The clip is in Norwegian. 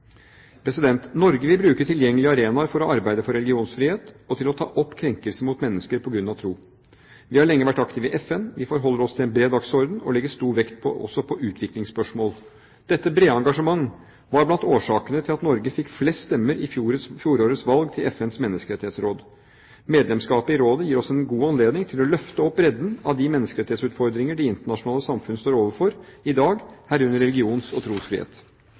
Norge vil bruke tilgjengelige arenaer for å arbeide for religionsfrihet og til å ta opp krenkelser mot mennesker på grunn av tro. Vi har lenge vært aktive i FN, vi forholder oss til en bred dagsorden og legger stor vekt også på utviklingsspørsmål. Dette brede engasjementet var blant årsakene til at Norge fikk flest stemmer i fjorårets valg til FNs menneskerettighetsråd. Medlemskapet i rådet gir oss en god anledning til å løfte opp bredden av de menneskerettighetsutfordringer det internasjonale samfunnet står overfor i dag, herunder religions- og trosfrihet.